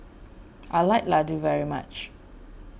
I like Ladoo very much